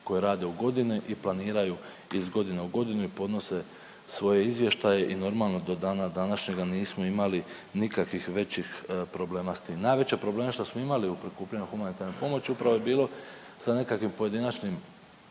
koje rade u godini i planiraju iz godine u godinu i podnose svoje izvještaje i normalno do dana današnjega nismo imali nikakvih većih problema s tim. Najveće probleme što smo imali u prikupljanju humanitarne pomoći upravo je bilo sa nekakvim pojedinačnim